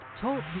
Talk